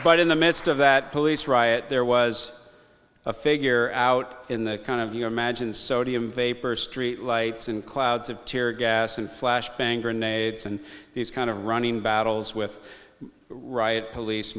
but in the midst of that police riot there was a figure out in the kind of your imagined sodium vapor street lights and clouds of tear gas and flash bang grenades and these kind of running battles with riot police